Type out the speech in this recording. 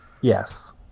Yes